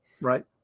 Right